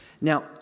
Now